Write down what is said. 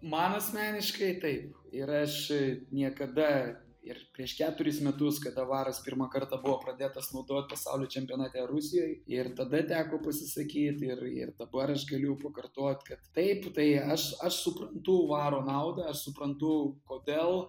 man asmeniškai taip ir aš niekada ir prieš keturis metus kada varas pirmą kartą buvo pradėtas naudot pasaulio čempionate rusijoj ir tada teko pasisakyt ir ir dabar aš galiu pakartot kad taip tai aš aš suprantu varo naudą aš suprantu kodėl